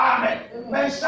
Amen